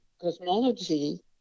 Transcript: cosmology